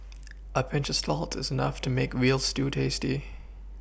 a Pinch of salt is enough to make a veal stew tasty